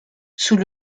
sous